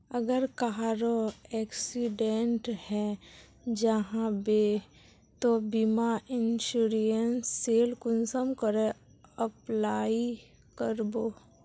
अगर कहारो एक्सीडेंट है जाहा बे तो बीमा इंश्योरेंस सेल कुंसम करे अप्लाई कर बो?